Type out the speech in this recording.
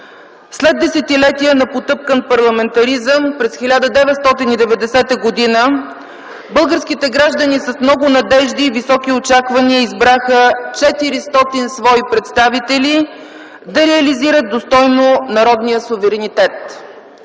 След десетилетия на потъпкан парламентаризъм, през 1990 г. българските граждани с много надежди и високи очаквания избраха 400 свои представители да реализират достойно народния суверенитет.